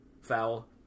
foul